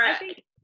right